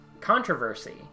controversy